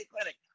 clinic